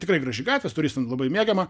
tikrai graži gatvė turistams labai mėgiama